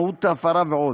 מהות ההפרה ועוד.